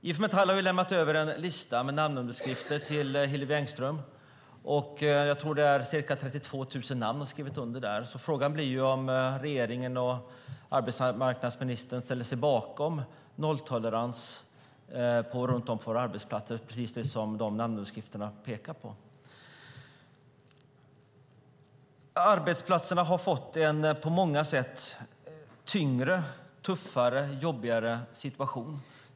IF Metall har lämnat över en lista med namnunderskrifter till Hillevi Engström. Jag tror att det är ca 32 000 namn på den listan. Frågan är om regeringen och arbetsmarknadsministern ställer sig bakom nolltolerans på våra arbetsplatser, vilket listan med namnunderskrifter handlar om. Arbetsplatserna har fått en på många sätt tyngre, tuffare och jobbigare situation.